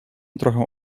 trochę